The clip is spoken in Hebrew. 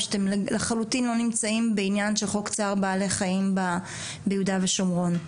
או שאתם לחלוטין לא נמצאים בחוק של צער בעלי חיים ביהודה ושומרון,